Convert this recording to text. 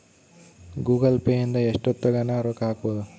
Google Pay ಇಂದ ಎಷ್ಟೋತ್ತಗನ ರೊಕ್ಕ ಹಕ್ಬೊದು